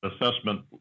assessment